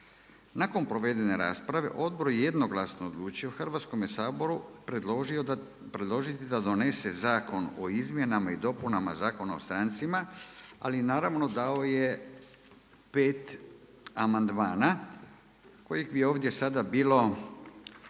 Nakon provedene rasprave, odbor je jednoglasno odlučio Hrvatskome saboru predložiti da donese Zakon o izmjenama i dopunama Zakona o strancima, ali naravno dao je 5 amandmana, koji bi ovdje sada bilo